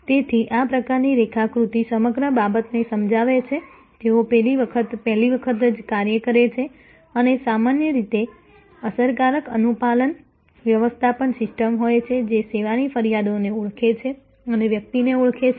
તેથી આ પ્રકારની રેખાકૃતિ સમગ્ર બાબતને સમજાવે છે તેઓ પેલી વખત જ કાર્ય કરે છે અને સામાન્ય રીતે અસરકારક અનુપાલન વ્યવસ્થાપન સિસ્ટમ હોય છે જે સેવાની ફરિયાદોને ઓળખે છે અને વ્યક્તિને ઓળખે છે